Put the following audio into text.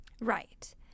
Right